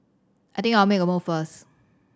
I think I'll make a move first